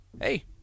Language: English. Hey